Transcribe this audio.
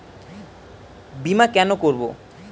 বিমা কেন করব?